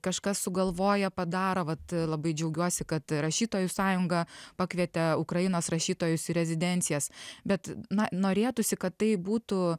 kažkas sugalvoja padaro vat labai džiaugiuosi kad rašytojų sąjunga pakvietė ukrainos rašytojus į rezidencijas bet na norėtųsi kad tai būtų